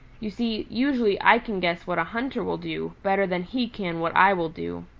you see, usually i can guess what a hunter will do better than he can what i will do.